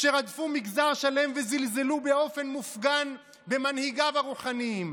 כשרדפו מגזר שלם וזלזלו באופן מופגן במנהיגיו הרוחניים,